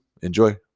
enjoy